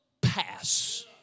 pass